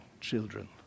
children